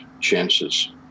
chances